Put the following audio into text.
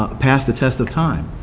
pass the test of time,